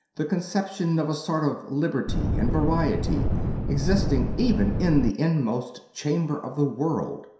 the conception of a sort of liberty and variety existing even in the inmost chamber of the world.